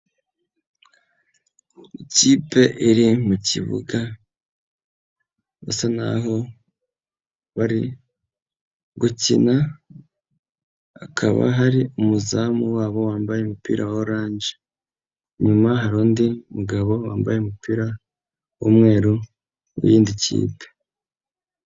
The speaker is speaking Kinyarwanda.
Ikipe iri mu kibuga basa naho bari gukina, hakaba hari umuzamu wabo wambaye umupira wa oranje, nyuma hari undi mugabo wambaye umupira w'umweru w'iyindi kipe.